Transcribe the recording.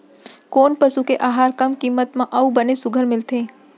कोन पसु के आहार कम किम्मत म अऊ बने सुघ्घर मिलथे?